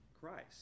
Christ